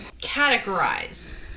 categorize